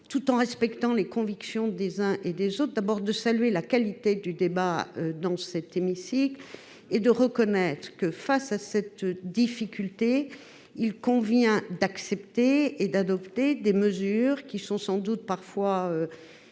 tout en respectant les convictions des uns et des autres, et tout en saluant la qualité du débat dans cet hémicycle, de reconnaître que, face à cette difficulté, il convient d'accepter et d'adopter des mesures sans doute